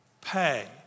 pay